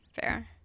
fair